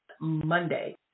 Monday